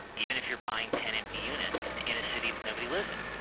even if you're buying ten empty units and in a city that nobody lives in.